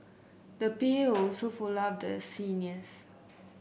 the P A will also follow up with the seniors